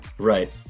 Right